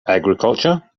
agriculture